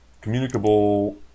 communicable